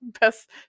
best